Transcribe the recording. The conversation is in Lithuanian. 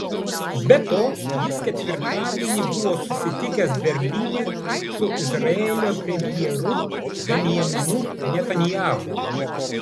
be to jis ketvirtadienį buvo susitikęs berlyne su izraelio premjeru benjaminu netanyahu